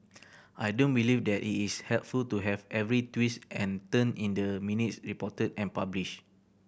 I don't believe that it is helpful to have every twist and turn in the minutes reported and published